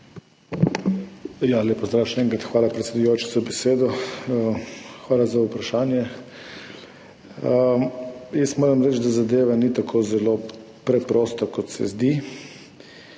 Lep pozdrav, še enkrat. Hvala, predsedujoči, za besedo. Hvala za vprašanje. Jaz moram reči, da zadeva ni tako zelo preprosta, kot se zdi.